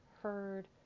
Heard